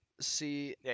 see